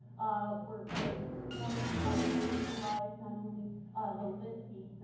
we're we're exploring how to visualize not only the lengthy